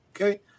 okay